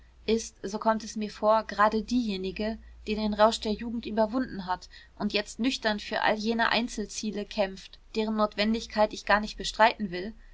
ist so kommt es mir vor gerade diejenige die den rausch der jugend überwunden hat und jetzt nüchtern für all jene einzelziele kämpft deren notwendigkeit ich gar nicht bestreiten will